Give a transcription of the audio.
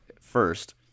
first